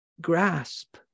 grasp